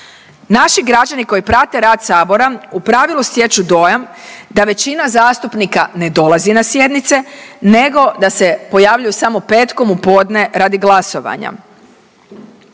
Naši građani koji prate rad Sabora u pravilu stječu dojam da većina zastupnika ne dolazi na sjednice nego da se pojavljuju samo petkom u podne radi glasovanja.